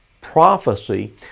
prophecy